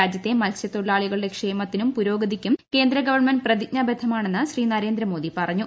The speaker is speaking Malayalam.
രാജ്യത്തെ മത്സ്യത്തൊഴിലാളികളുടെ ക്ഷേമത്തിനും പുരോഗതിക്കും കേന്ദ്രഗവൺമെന്റ് പ്രതിജ്ഞാബദ്ധമാണെന്ന് ശ്രീ നരേന്ദ്രമോദി പറഞ്ഞു